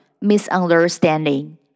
misunderstanding